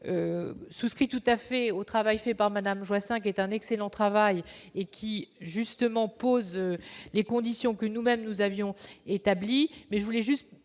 souscris tout à fait au travail fait par Madame Joissains qui est un excellent travail et qui justement pose les conditions que nous-mêmes, nous avions établi